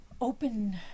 open